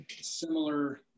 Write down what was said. similar